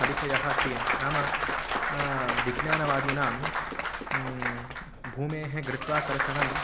परिचयः क्रियन्ते नाम विज्ञानवादीनां भूमेः गुरुत्वाकर्षणम्